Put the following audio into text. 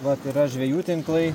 vat yra žvejų tinklai